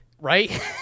Right